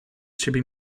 ciebie